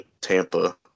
Tampa